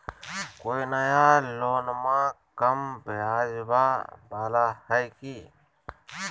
कोइ नया लोनमा कम ब्याजवा वाला हय की?